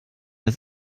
ist